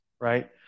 right